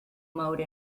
mode